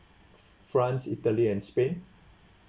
france italy and spain